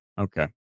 okay